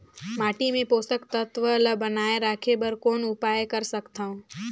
माटी मे पोषक तत्व ल बनाय राखे बर कौन उपाय कर सकथव?